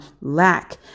lack